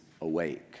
awake